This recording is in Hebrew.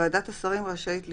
ועדת השרים רשאית לקבוע,